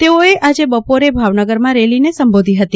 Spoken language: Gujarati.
તેઓઅ આજે બપોરે ભાવનગરમાં રેલીને સંબોધી હતી